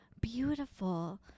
beautiful